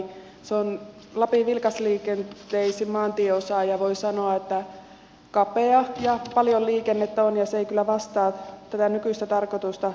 se on lapin vilkasliikenteisin maantieosa ja voi sanoa että kapea se on paljon liikennettä on ja se ei kyllä vastaa tätä nykyistä tarkoitusta